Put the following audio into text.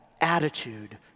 attitude